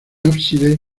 ábside